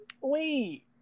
Wait